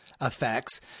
effects